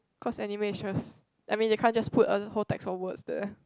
cause anime is just I mean they can't just put a whole text or words there